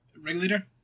Ringleader